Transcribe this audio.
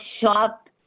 shop